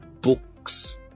books